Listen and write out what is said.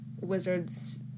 Wizards